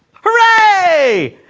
hurray!